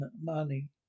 Money